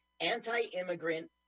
anti-immigrant